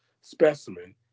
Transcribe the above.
specimen